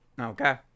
Okay